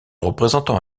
représentant